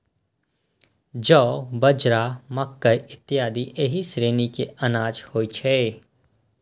जौ, बाजरा, मकइ इत्यादि एहि श्रेणी के अनाज होइ छै